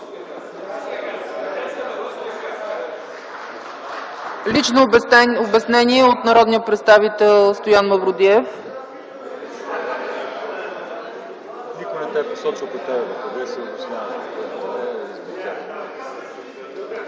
Лично обяснение от народния представител Стоян Мавродиев.